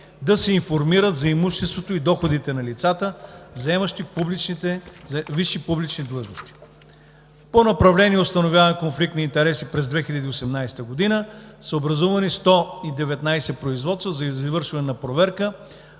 да се информират за имуществото и доходите на лицата, заемащи висши публични длъжности. По направление „Установяване конфликт на интереси“ – през 2018 г. са образувани 119 производства за извършване на проверка